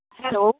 hello